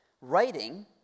writing